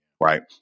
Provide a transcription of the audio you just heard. right